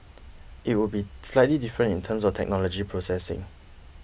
it would be slightly different in terms of technology processing